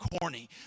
corny